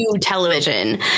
television